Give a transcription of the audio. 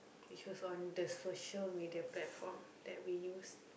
which was on the social media platform that we used